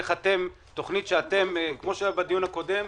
בקשה לתכנית שכמו בדיון הקודם,